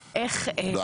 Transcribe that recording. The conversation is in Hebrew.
מספרים לנו --- לא,